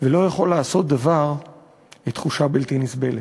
ולא יכול לעשות דבר היא תחושה בלתי נסבלת.